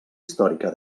històrica